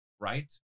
right